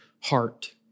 heart